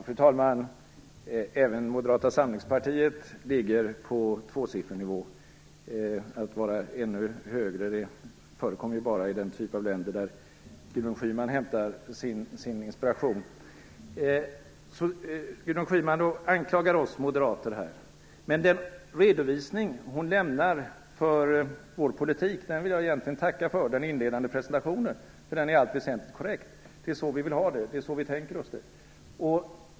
Fru talman! Även Moderata samlingspartiet ligger på en tvåsiffrig nivå. Att man ligger ännu högre förekommer ju bara i den typ av länder som Gudrun Schyman hämtar sin inspiration från. Gudrun Schyman anklagar oss moderater. Men den redovisning av vår politik som hon lämnar i den inledande presentationen vill jag egentligen tacka för. Den är i allt väsentligt korrekt. Det är så vi vill ha det, det är så vi tänker oss det hela.